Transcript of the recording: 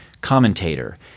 commentator